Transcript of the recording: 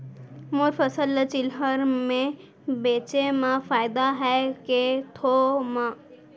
मोर फसल ल चिल्हर में बेचे म फायदा है के थोक म?